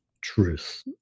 truth